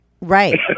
Right